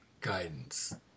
guidance